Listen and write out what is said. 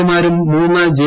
A മാരും മൂന്ന് J